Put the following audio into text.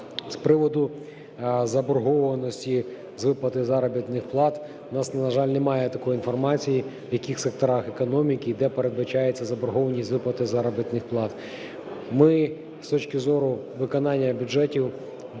З приводу заборгованості з виплати заробітних плат. У нас, на жаль, немає такої інформації, в яких секторах економіки, де передбачається заборгованість з виплати заробітних плат. Ми з точки зору виконання бюджету...